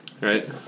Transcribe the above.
right